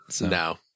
No